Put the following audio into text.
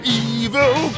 evil